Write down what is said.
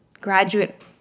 graduate